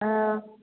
ꯑꯥ